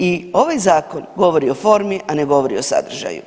I ovaj zakon govori o formi, a ne govori o sadržaju.